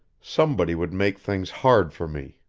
somebody would make things hard for me,